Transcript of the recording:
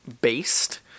based